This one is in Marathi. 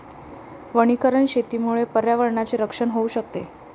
वनीकरण शेतीमुळे पर्यावरणाचे रक्षण होऊ शकते